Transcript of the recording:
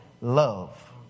love